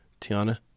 Tiana